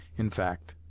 in fact.